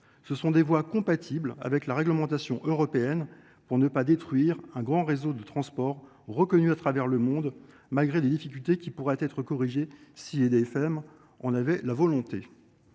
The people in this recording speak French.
Ce sont des voies compatibles avec la réglementation européenne pour ne pas détruire un grand réseau de transport, reconnu à travers le monde, malgré des difficultés qui pourraient être corrigées si IDFM en avait la volonté.